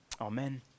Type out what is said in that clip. Amen